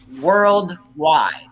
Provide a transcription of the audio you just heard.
worldwide